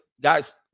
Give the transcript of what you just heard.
guys